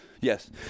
yes